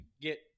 get